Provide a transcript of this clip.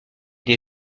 des